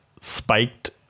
spiked